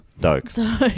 Dokes